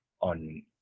on